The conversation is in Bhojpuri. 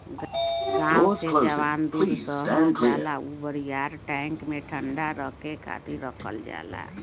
गाँव से जवन दूध शहर जाला उ बड़ियार टैंक में ठंडा रखे खातिर रखल जाला